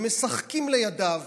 ומשחקים לידיו.